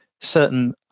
certain